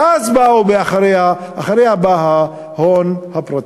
ואז באו אחריה, אחריה בא ההון הפרטי.